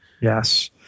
Yes